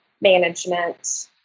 management